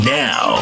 now